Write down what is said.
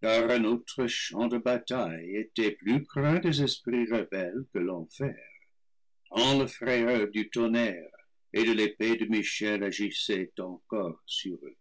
car un autre champ de bataille était plus craint des esprits rebelles que l'enfer tant la frayeur du tonnerre et de l'épée de michel agissait encore sur eux